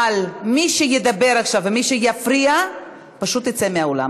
אבל מי שידבר עכשיו ומי שיפריע פשוט יצא מהאולם,